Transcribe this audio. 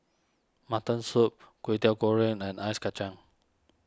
Mutton Soup Kway Teow Goreng and Ice Kachang